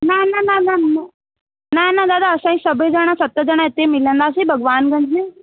न न न न न न न दादा असां सभेई ॼणा सत ॼणा हिते ई मिलंदासीं भॻवानु गंज में